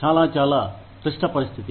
చాలా చాలా క్లిష్ట పరిస్థితి